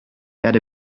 erde